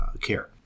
care